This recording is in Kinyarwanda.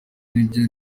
nibyo